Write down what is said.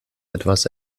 etwas